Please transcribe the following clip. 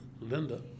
Linda